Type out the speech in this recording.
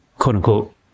quote-unquote